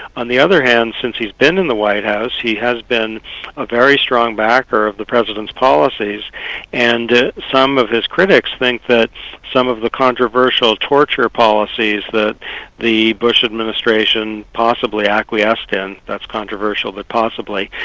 on the other hand, since he's been in the white house, he has been a very strong backer of the president's policies and some of his critics think that some of the controversial torture policies that the bush administration possibly acquiesced in, that's controversial, but possibly,